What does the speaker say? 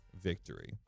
victory